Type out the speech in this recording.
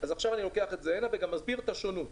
אני אסביר את השונות: